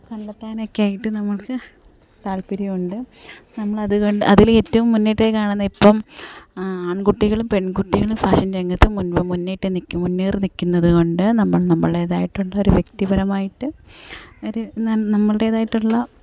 കണ്ടെത്താനൊക്കെ ആയിട്ട് നമ്മള്ക്ക് താല്പര്യമുണ്ട് നമ്മളത് കണ്ട് അതിൽ ഏറ്റവും മുന്നിട്ട് കാണുന്ന ഇപ്പം ആ ആണ്കുട്ടികളും പെണ്കുട്ടികളും ഫാഷന് രംഗത്ത് മുന്പ് മുന്നിട്ട് മുന്നേറി നിൽക്കുന്നത് കൊണ്ട് നമ്മള് നമ്മളുടേതായിട്ടുള്ള ഒരു വ്യക്തിപരമായിട്ട് ഒരു നമ്മളുടേതായിട്ടുള്ള